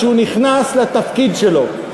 כשהוא נכנס לתפקיד שלו,